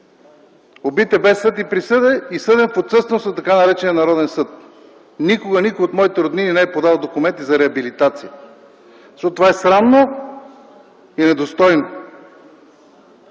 Убит е без съд и присъда и е съден в отсъствие на така наречения Народен съд. Никога никой от моите роднини не е подавал документи за реабилитация, защото е срамно и недостойно